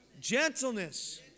gentleness